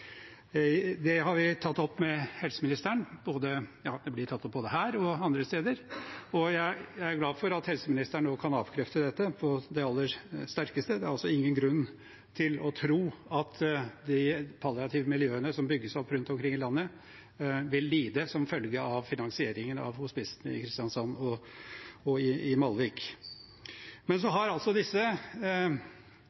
Det har vi tatt opp med helseministeren – det blir tatt opp både her og andre steder – og jeg er glad for at helseministeren nå kan avkrefte dette på det aller sterkeste. Det er altså ingen grunn til å tro at de palliative miljøene som bygges opp rundt omring i landet, vil lide som følge av finansieringen av hospicene i Kristiansand og Malvik. Men så